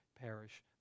perish